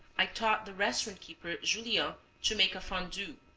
i taught the restaurant-keeper julien to make a fondue,